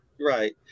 right